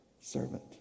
servant